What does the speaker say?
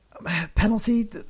Penalty